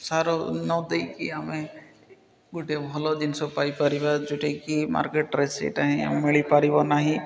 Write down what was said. ସାର ନ ଦେଇକି ଆମେ ଗୋଟେ ଭଲ ଜିନିଷ ପାଇପାରିବା ଯେଉଁଟାକି ମାର୍କେଟ୍ରେ ସେଇଟା ହିଁ ମିଳିପାରିବ ନାହିଁ